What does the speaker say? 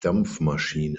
dampfmaschine